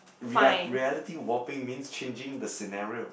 real~ reality warping means changing the scenario